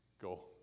Go